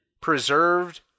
preserved